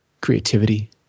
creativity